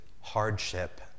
hardship